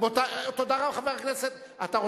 יש לה פריימריס.